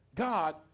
God